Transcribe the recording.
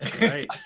Right